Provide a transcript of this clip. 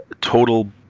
total